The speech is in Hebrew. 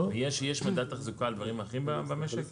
יש מדד תחזוקה על דברים אחרים במשק?